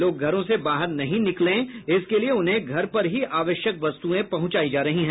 लोग घरों से बाहर नहीं निकलें इसके लिये उन्हें घर पर ही आवश्यक वस्तुएं पहुंचायी जा रही हैं